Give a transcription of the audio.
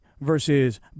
versus